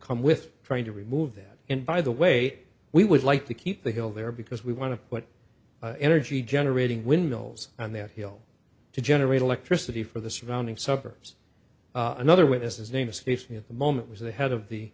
come with trying to remove that and by the way we would like to keep the hill there because we want to what energy generating windmills on their heel to generate electricity for the surrounding suburbs another way this is name escapes me at the moment was the head of the